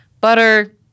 Butter